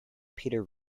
peter